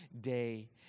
day